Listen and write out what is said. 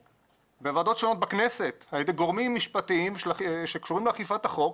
בוועדות שונות בכנסת על ידי גורמים משפטיים שקשורים לאכיפת החוק